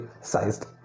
sized